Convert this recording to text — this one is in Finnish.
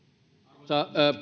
arvoisa